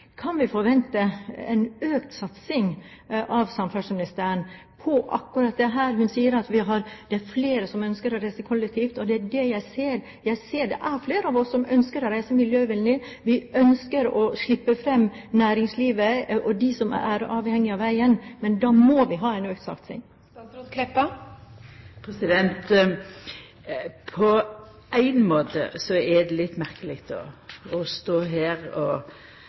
Kan vi forvente en økt satsing av samferdselsministeren på akkurat dette? Hun sier at det er flere som ønsker å reise kollektivt, og det er det jeg ser. Jeg ser at det er flere av oss som ønsker å reise miljøvennlig. Vi ønsker å slippe fram næringslivet og dem som er avhengige av veien. Men da må vi ha en økt satsing. På éin måte er det litt merkeleg å stå her og nærmast bli stilt til rekneskap av Venstre, som jo hadde dette departementet under den førre regjeringa, og